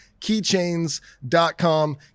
keychains.com